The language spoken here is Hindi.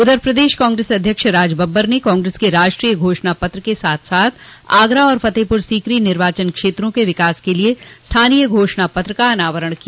उधर प्रदेश कांग्रेस अध्यक्ष राजबब्बर ने कांग्रेस के राष्ट्रीय घोषणा पत्र के साथ साथ आगरा और फतेहपुर सीकरी निर्वाचन क्षेत्रों के विकास के लिये स्थानीय घोषणा पत्र का अनावरण किया